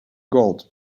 gold